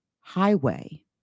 highway